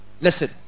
listen